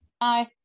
aye